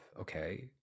okay